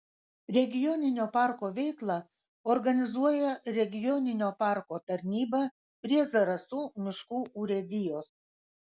regioninio parko veiklą organizuoja regioninio parko tarnyba prie zarasų miškų urėdijos